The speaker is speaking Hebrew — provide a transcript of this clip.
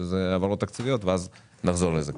ונחזור לזה.